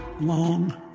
long